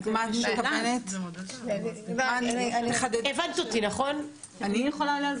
אני יכולה להסביר?